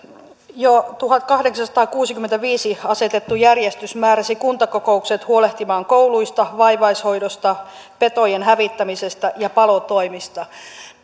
jo tuhatkahdeksansataakuusikymmentäviisi asetettu järjestys määräsi kuntakokoukset huolehtimaan kouluista vaivaishoidosta petojen hävittämisestä ja palotoimista